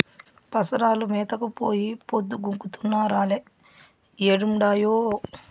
పసరాలు మేతకు పోయి పొద్దు గుంకుతున్నా రాలే ఏడుండాయో